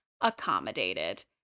accommodated